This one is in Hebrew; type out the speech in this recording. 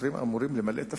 שוטרים אמורים למלא תפקיד.